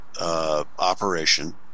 operation